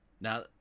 Now